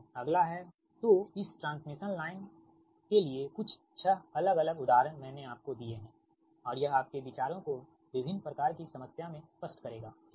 अगला है तो इस ट्रांसमिशन लाइन के लिए कुछ छह अलग अलग उदाहरण मैंने आपको दिए हैं और यह आपके विचारों को विभिन्न प्रकार की समस्या में स्पष्ट करेगा ठीक है